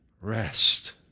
rest